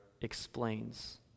explains